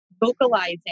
vocalizing